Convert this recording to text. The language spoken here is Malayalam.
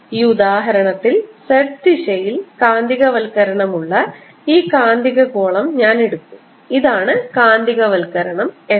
ഈ ഉദാഹരണത്തിൽ z ദിശയിൽ കാന്തികവൽക്കരണമുള്ള ഈ കാന്തിക ഗോളം ഞാൻ എടുക്കും ഇതാണ് കാന്തികവൽക്കരണം M